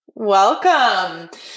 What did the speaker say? Welcome